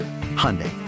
Hyundai